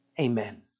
Amen